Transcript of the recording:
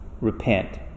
repent